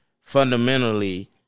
fundamentally